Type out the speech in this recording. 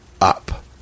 up